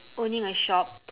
owning a shop